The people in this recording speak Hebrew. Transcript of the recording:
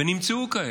ונמצאו כאלה.